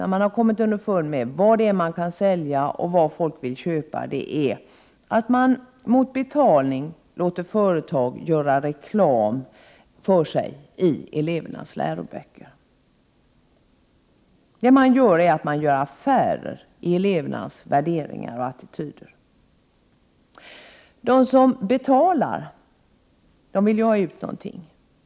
När man kommit underfund med vad man kan sälja och vad folk vill köpa, blir resultatet att man mot betalning låter företag göra reklam för sig i elevernas läroböcker. Man gör affärer med elevernas värderingar och attityder. De som betalar vill ha ut någonting.